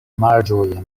malĝoje